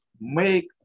Make